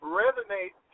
resonate